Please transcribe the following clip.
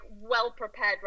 well-prepared